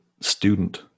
student